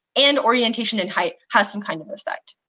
and orientation and height has some kind of effect.